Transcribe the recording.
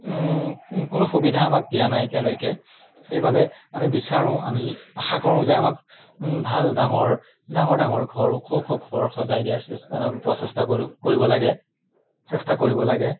কোনো সুবিধা আমাক দিয়া নাই এতিয়ালৈকে সেইবাবে আমি বিচাৰোঁ আমি আশা কৰোঁ যে আমাক ভাল ডাঙৰ ডাঙৰ ডাঙৰ ঘৰ ওখ ওখ ঘৰ সজাই দিয়াৰ প্ৰচেষ্টা কৰোঁ কৰিব লাগে চেষ্টা কৰিব লাগে